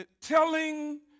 Telling